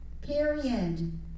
period